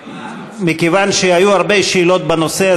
מכיוון שהיו הרבה שאלות בנושא,